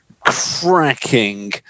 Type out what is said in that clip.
cracking